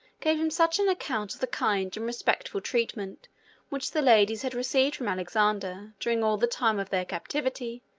gave him such an account of the kind and respectful treatment which the ladies had received from alexander, during all the time of their captivity,